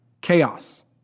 Chaos